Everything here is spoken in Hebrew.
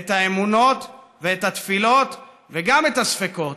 את האמונות, את התפילות וגם את הספקות,